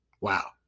Wow